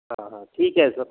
ਹਾਂ ਹਾਂ ਠੀਕ ਹੈ ਸਰ